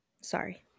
sorry